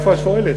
איפה השואלת?